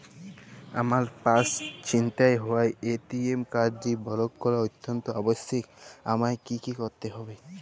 আমার পার্স ছিনতাই হওয়ায় এ.টি.এম কার্ডটি ব্লক করা অত্যন্ত আবশ্যিক আমায় কী কী করতে হবে?